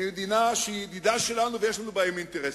ממדינה שהיא ידידה שלנו ויש לנו בה אינטרסים,